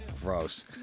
gross